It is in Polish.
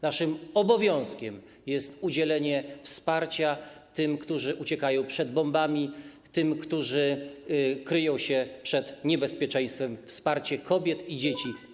Naszym obowiązkiem jest udzielenie wsparcia tym, którzy uciekają przed bombami, tym, którzy kryją się przed niebezpieczeństwem, wsparcie kobiet i dzieci.